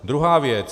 Druhá věc.